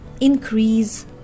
increase